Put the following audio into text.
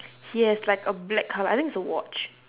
he has like a black colour I think it's a watch